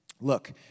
Look